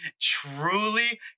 truly